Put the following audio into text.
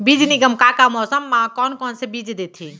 बीज निगम का का मौसम मा, कौन कौन से बीज देथे?